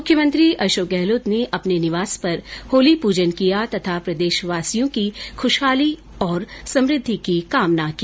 मुख्यमंत्री अशोक गहलोत ने अपने निवास पर होली पूजन किया तथा प्रदेशवासियों की खूशहाली और समृद्धि की कामना की